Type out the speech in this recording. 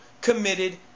committed